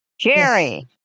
Jerry